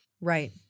Right